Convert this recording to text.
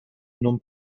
non